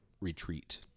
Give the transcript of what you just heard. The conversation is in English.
retreat